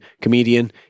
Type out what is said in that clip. comedian